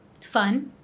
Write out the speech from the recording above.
fun